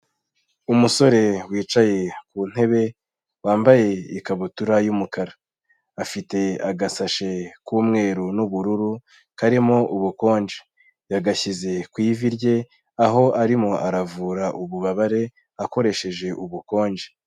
Umusore wicaye ku ntebe, wambaye ikabutura y'umukara, afite agasashe k'umweru n'ubururu karimo ubukonje, yagashyize ku ivi rye, aho arimo aravura ububabare akoresheje ubukonje.